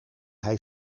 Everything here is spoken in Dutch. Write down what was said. hij